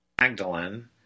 Magdalene